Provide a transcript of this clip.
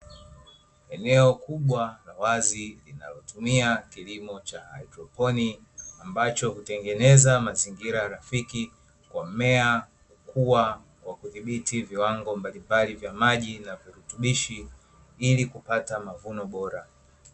Eneo kubwa la wazi linalotumia kilimo cha haidroponi, ambacho hutengeneza mazingira rafiki, kwa mmea kukua kwa kudhibiti viwango mbalimbali vya maji na virutubishi ili kupata mavuno bora.